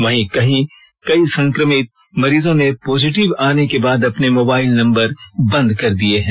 वहीं कई संक्रमित मरीजों ने पॉजिटिव आने के बाद अपने मोबाइल नंबर बंद कर दिए हैं